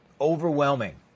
overwhelming